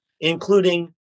including